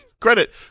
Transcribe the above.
Credit